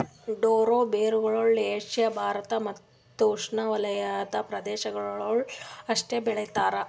taro ಬೇರುಗೊಳ್ Asia Bharat ಮತ್ತ್ ಉಷ್ಣೆವಲಯದ ಪ್ರದೇಶಗೊಳ್ದಾಗ್ ಅಷ್ಟೆ ಬೆಳಿತಾರ್